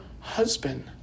husband